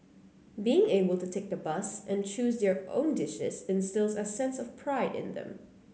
being able to take the bus and choose their own dishes instils a sense of pride in them